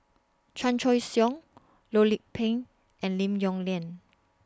Chan Choy Siong Loh Lik Peng and Lim Yong Liang